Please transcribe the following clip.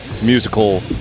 Musical